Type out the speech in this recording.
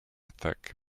thick